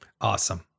Awesome